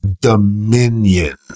dominion